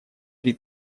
три